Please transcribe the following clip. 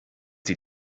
die